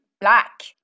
black